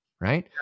Right